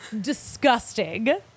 disgusting